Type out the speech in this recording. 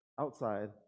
outside